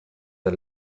der